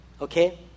okay